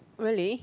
really